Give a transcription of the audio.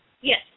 Yes